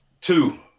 Two